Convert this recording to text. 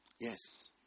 Yes